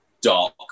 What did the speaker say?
dark